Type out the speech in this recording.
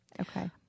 Okay